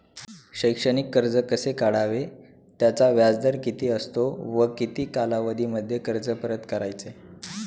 शैक्षणिक कर्ज कसे काढावे? त्याचा व्याजदर किती असतो व किती कालावधीमध्ये कर्ज परत करायचे?